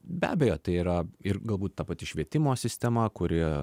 be abejo tai yra ir galbūt ta pati švietimo sistema kuri